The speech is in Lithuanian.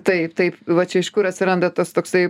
taip taip va čia iš kur atsiranda tas toksai